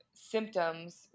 symptoms